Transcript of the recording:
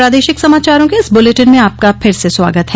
प्रादेशिक समाचारों के इस बुलेटिन में आपका फिर से स्वागत है